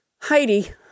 Heidi